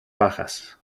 bajas